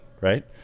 right